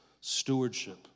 stewardship